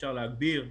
אפשר להגביר,